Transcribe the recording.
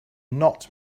not